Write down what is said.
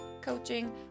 coaching